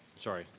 sorry.